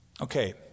Okay